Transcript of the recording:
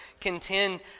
contend